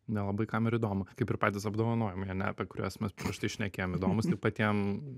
nelabai kam ir įdomu kaip ir patys apdovanojimai ane apie kuriuos mes prieš tai šnekėjom įdomūs tik patiem